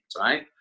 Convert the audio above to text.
right